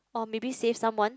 or maybe save someone